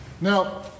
Now